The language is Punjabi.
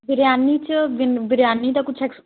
ਬਿਰਿਆਨੀ 'ਚ ਬਿਨ ਬਿਰਿਆਨੀ ਦਾ ਕੁਛ ਐਕਸ